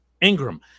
Ingram